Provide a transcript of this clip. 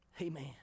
Amen